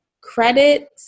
Credit